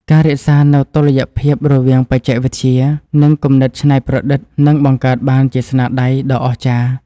ការរក្សានូវតុល្យភាពរវាងបច្ចេកវិទ្យា និង គំនិតច្នៃប្រឌិតនឹងបង្កើតបានជាស្នាដៃដ៏អស្ចារ្យ។